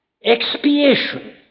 expiation